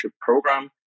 program